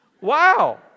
Wow